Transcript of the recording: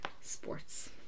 sports